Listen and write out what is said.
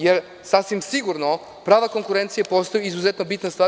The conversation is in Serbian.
Jer, sasvim sigurno prava konkurencija postaje izuzetno bitna stvar.